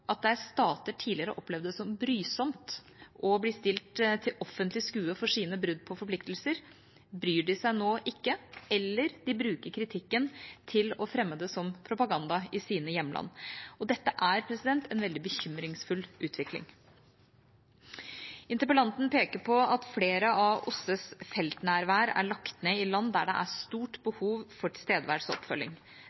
at der stater tidligere opplevde det som brysomt å bli stilt til offentlig skue for sine brudd på forpliktelser, bryr de seg nå ikke, eller de bruker kritikken til å fremme det som propaganda i sine hjemland. Dette er en veldig bekymringsfull utvikling. Interpellanten peker på at flere av OSSEs feltnærvær er lagt ned i land der det er stort